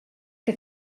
que